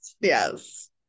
Yes